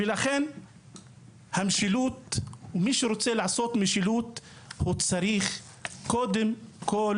ולכן מי שרוצה לעשות משילות צריך קודם כול